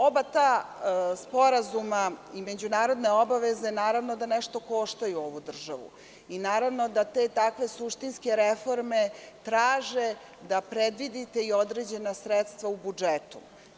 Oba ta sporazuma i međunarodne obaveze nešto koštaju ovu državu i te takve suštinske reforme traže da predvidite i određena sredstva u budžetu.